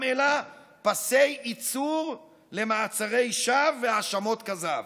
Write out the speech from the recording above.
אלא פסי ייצור למעצרי שווא והאשמות כזב.